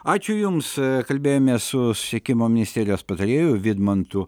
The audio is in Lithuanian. ačiū jums kalbėjomės su susisiekimo ministerijos patarėju vidmantu